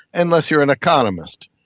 unless you are an economist.